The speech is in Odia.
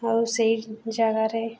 ଆଉ ସେହି ଜାଗାରେ